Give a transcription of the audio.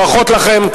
ברכות לכם.